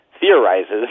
theorizes